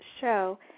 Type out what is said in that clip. show